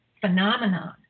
phenomenon